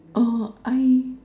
orh I